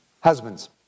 Husbands